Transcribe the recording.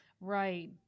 Right